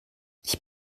ich